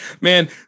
Man